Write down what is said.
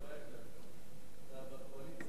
אתה בקואליציה,